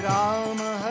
Rama